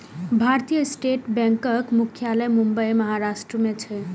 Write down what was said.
भारतीय स्टेट बैंकक मुख्यालय मुंबई, महाराष्ट्र मे छै